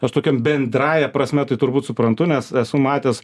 nors tokiam bendrąja prasme tai turbūt suprantu nes esu matęs